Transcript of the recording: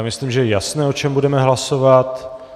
Myslím, že je jasné, o čem budeme hlasovat.